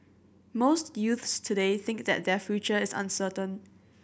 most youths today think that their future is uncertain